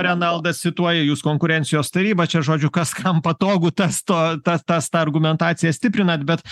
renaldas cituoja jūs konkurencijos tarybą čia žodžiu kas kam patogu tas tuo tas tą argumentaciją stiprinat bet